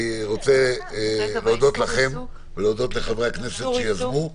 אני רוצה להודות לכם ולחברי הכנסת שיזמו.